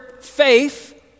faith